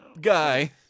guy